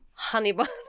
Honeybun